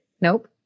Nope